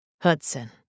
Hudson